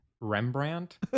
Rembrandt